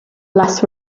less